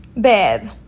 babe